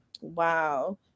Wow